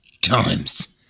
times